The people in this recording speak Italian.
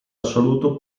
assoluto